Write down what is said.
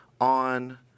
on